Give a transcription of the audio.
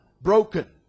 Broken